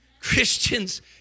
Christians